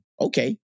Okay